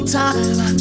time